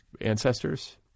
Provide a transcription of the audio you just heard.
ancestors